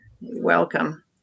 Welcome